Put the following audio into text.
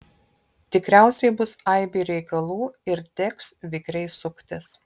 tikriausiai bus aibė reikalų ir teks vikriai suktis